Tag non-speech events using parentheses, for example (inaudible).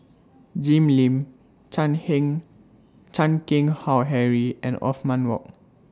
Jim Lim Chan (unintelligible) Chan Keng Howe Harry and Othman Wok